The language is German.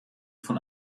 von